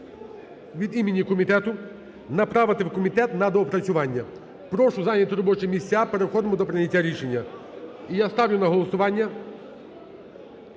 від імені комітету: направити в комітет на доопрацювання. Прошу зайняти робочі місця, переходимо до прийняття рішення. І я ставлю на голосування…